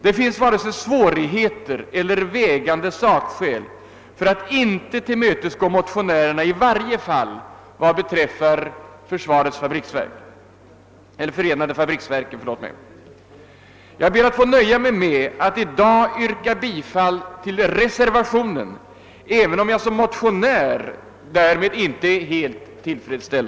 Här finns inga svårigheter och inga vägande sakskäl för att inte tillmötesgå motionärerna i varje fall vad beträffar förenade fabriksverken. Jag ber, herr talman, att få nöja mig med att i dag yrka bifall till reser vationen, även om jag som motionär därvid inte är helt tillfredsställd.